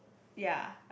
ya